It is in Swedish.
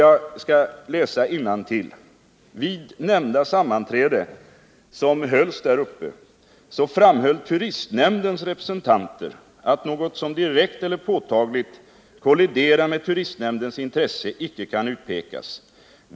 Jag skall läsa innantill ur Sunne kommuns yttrande där man säger ja till Kymmenprojektet: ”Vid nämnda sammanträde” — som hölls där uppe vid Kymmen — ”framhöll turistnämndens representanter att något som direkt och påtagligt kolliderar med turistnämndens intresse icke kan utpekas.